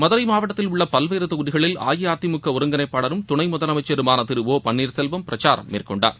மதுரை மாவட்டத்தில் உள்ள பல்வேறு தொகுதிகளில் அஇஅதிமுக ஒருங்கிணைப்பாளரும் துணை முதலமைச்சருமான திரு ஓ பன்னீர்செல்வம் பிரச்சாரம் மேற்கொண்டார்